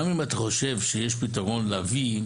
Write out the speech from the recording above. גם אם אתה חושב שיש פתרון להביא,